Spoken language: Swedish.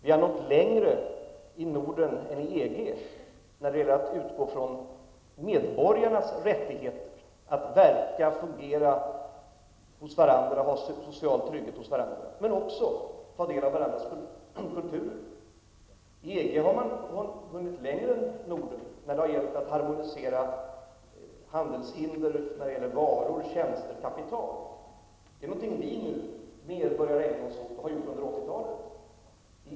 Vi har nått längre i Norden än man har hunnit i EG när det gäller att utgå från medborgarnas rättigheter att verka och fungera och känna social trygghet hos varandra men också ta del av varandras kulturer. Inom EG har man hunnit längre än i Norden när det gäller att harmonisera handelshinder, bestämmelser för varor, tjänster och kapital. Det är någonting man har gjort sedan 80-talet.